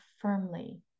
firmly